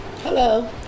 Hello